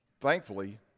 Thankfully